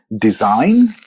design